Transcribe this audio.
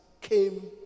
came